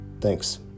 Thanks